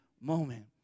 moment